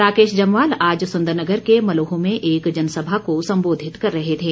राकेश जम्वाल आज सुन्दरनगर के मलोह में एक जनसभा को संबोधित कर रहे थे